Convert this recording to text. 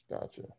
Gotcha